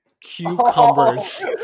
cucumbers